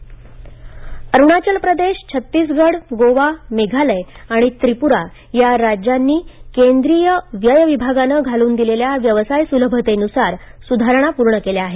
व्यवसाय सुलभता अरुणाचल प्रदेश छत्तीसगढ गोवा मेघालय आणि त्रिपुरा या राज्यांनी केंद्रीय व्यय विभागाने घालून दिलेल्या व्यवसाय सुलभतेनुसार सुधारणा पूर्ण केल्या आहेत